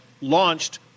launched